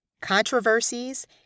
controversies